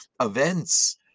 events